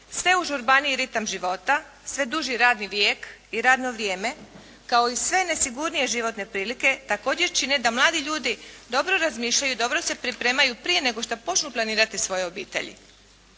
Sve užurbaniji ritam života, sve duži radni vijek i radno vrijeme, kao i sve nesigurnije životne prilike, također čine da mladi ljudi dobro razmišljaju i dobro se pripremaju prije nego što počnu planirati svoje obitelji.